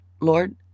Lord